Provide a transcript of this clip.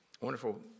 wonderful